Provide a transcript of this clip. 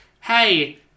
hey